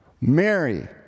Mary